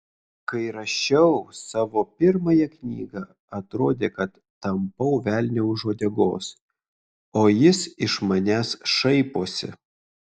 kai rašiau savo pirmąją knygą atrodė kad tampau velnią už uodegos o jis iš manęs šaiposi